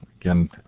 Again